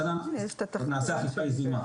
השנה נעשה אכיפה יזומה.